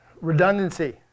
Redundancy